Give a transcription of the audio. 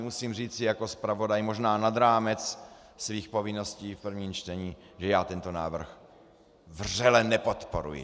Musím říci jako zpravodaj možná nad rámec svých povinností v prvním čtení, že já tento návrh vřele nepodporuji!